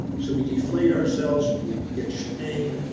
so we deflate ourselves. we get shamed.